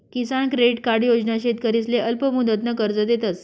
किसान credit card योजना शेतकरीसले अल्पमुदतनं कर्ज देतस